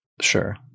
Sure